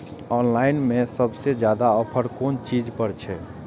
Online में सबसे ज्यादा ऑफर कोन चीज पर छे?